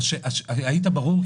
היית ברור,